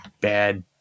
bad